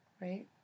Right